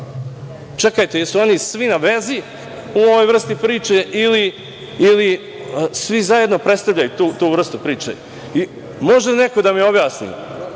Čekajte, jesu li oni svi na vezi u ovoj vrsti priče ili svi zajedno predstavljaju tu vrstu priče? Može li neko da mi objasni,